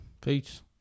Peace